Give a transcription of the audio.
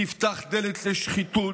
תפתח דלת לשחיתות,